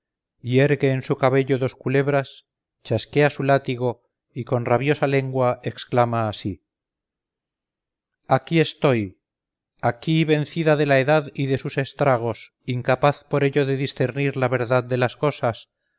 irgue en su cabello dos culebras chasquea su látigo y con rabiosa lengua exclama así aquí estoy aquí vencida de la edad y de sus estragos incapaz por ello de discernir la verdad de las cosas